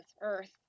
earth